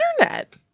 internet